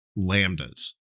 lambdas